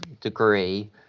degree